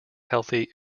healthy